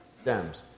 stems